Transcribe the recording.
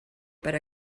per